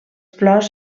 flors